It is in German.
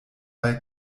bei